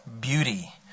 beauty